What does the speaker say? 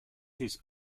his